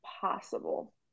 possible